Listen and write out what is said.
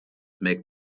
make